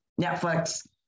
Netflix